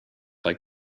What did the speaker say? like